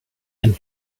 and